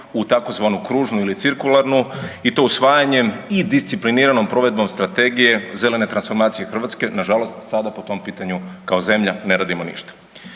u tzv. kružnu ili cirkularnu i to usvajanjem i discipliniranom provedbom strategije zelene transformacije Hrvatske. Nažalost do sada po tom pitanju kao zemlja ne radimo ništa.